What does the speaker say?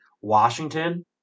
Washington –